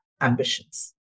ambitions